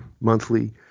monthly